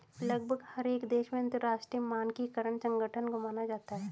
लगभग हर एक देश में अंतरराष्ट्रीय मानकीकरण संगठन को माना जाता है